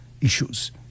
issues